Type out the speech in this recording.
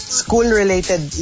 school-related